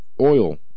oil